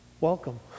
welcome